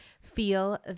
feel